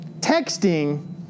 texting